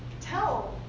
tell